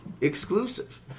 exclusive